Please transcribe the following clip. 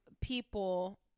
people